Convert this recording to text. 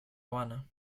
habana